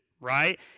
right